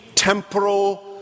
temporal